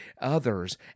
others